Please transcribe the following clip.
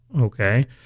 Okay